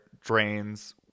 drains